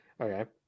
okay